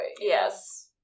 Yes